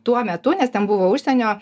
tuo metu nes ten buvo užsienio